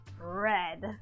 red